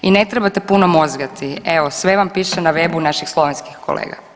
I ne trebate puno mozgati, evo sve vam piše na webu naših slovenskih kolega.